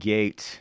Gate